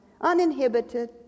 uninhibited